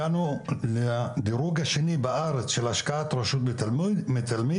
הגענו לדירוג השני בארץ של השקעת רשות מתלמיד,